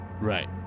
Right